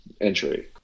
entry